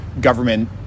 government